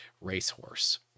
racehorse